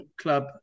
club